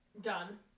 done